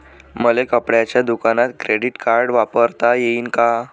मले कपड्याच्या दुकानात क्रेडिट कार्ड वापरता येईन का?